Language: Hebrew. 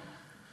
נכון.